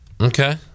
okay